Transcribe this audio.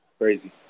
Crazy